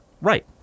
Right